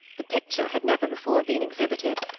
the picture had never before been exhibited,